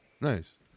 Nice